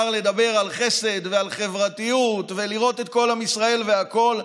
אפשר לדבר על חסד ועל חברתיות ולראות את כל עם ישראל והכול,